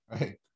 Right